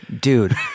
Dude